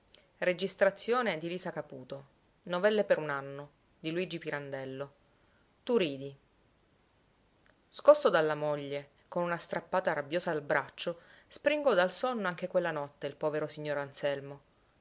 e tanta pena invece tanta pena negli occhi scosso dalla moglie con una strappata rabbiosa al braccio springò dal sonno anche quella notte il povero signor anselmo